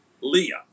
Leah